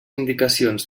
indicacions